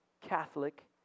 Catholic